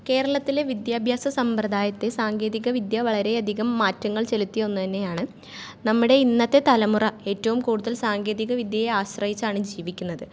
കേരളത്തിലെ വിദ്യാഭ്യാസ സമ്പ്രദായത്തെ സാങ്കേതിക വിദ്യ വളരെയധികം മാറ്റങ്ങൾ ചെലുത്തിയ ഒന്ന് തന്നെയാണ് നമ്മുടെ ഇന്നത്തെ തലമുറ ഏറ്റവും കൂടുതൽ സാങ്കേതിക വിദ്യയെ ആശ്രയിച്ചാണ് ജീവിക്കുന്നത്